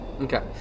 Okay